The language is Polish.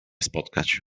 spotkać